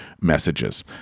messages